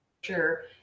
sure